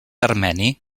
armeni